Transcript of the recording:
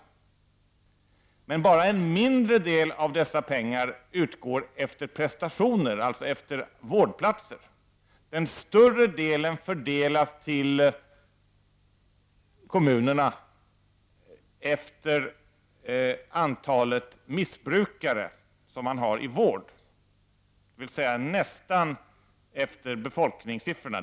Endast en mindre del av dessa pengar utgår dock efter prestation, dvs. efter vårdplatser. Den större delen fördelas på kommunerna efter antalet missbrukare som finns i vården, dvs. nästan efter befolkningssiffrorna.